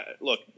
look